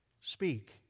Speak